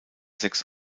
sechs